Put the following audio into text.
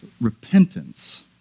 Repentance